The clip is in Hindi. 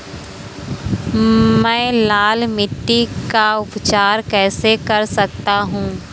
मैं लाल मिट्टी का उपचार कैसे कर सकता हूँ?